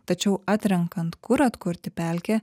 tačiau atrenkant kur atkurti pelkę